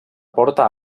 porta